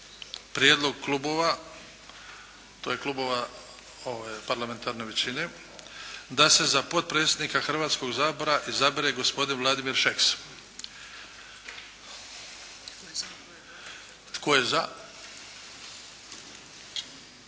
prijedlog klubova, to je klubova parlamentarne većine, da se za potpredsjednika Hrvatskoga sabora izabere gospodin Vladimir Šeks. Tko je za?